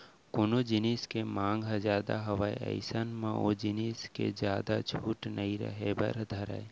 कोनो जिनिस के मांग ह जादा हावय अइसन म ओ जिनिस के जादा छूट नइ रहें बर धरय